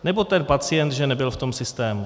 Nebo ten pacient, že nebyl v tom systému?